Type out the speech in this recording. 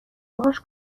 باهاش